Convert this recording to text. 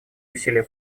усилия